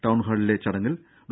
town ഹാളിലെ ചടങ്ങിൽ ഡോ